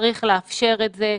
צריך לאפשר את זה,